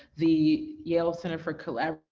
the yale center for collaborative,